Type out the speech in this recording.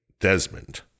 Desmond